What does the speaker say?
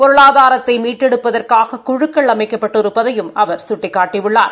பொருளாதாரத்தை மீட்டெடுப்பதற்காக குழக்கள் அமைக்கப் பட்டிருப்பதையும் அவர் சுட்டிக்காட்டியுள்ளார்